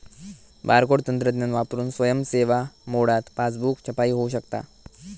barcode तंत्रज्ञान वापरून स्वयं सेवा मोडात पासबुक छपाई होऊ शकता